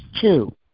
two